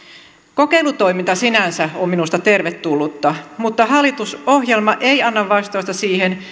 kokeilutoiminta sinänsä on minusta tervetullutta mutta hallitusohjelma ei anna vastausta siihen